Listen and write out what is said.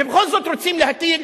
ובכל זאת רוצים להטיל